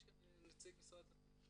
יש כאן נציג משרד התרבות?